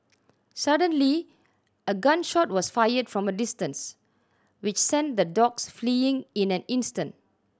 suddenly a gun shot was fired from a distance which sent the dogs fleeing in an instant